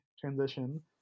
transition